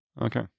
Okay